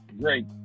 Great